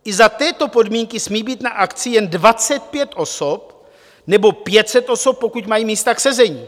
I za této podmínky smí být na akci jen 25 osob, nebo 500 osob, pokud mají místa k sezení.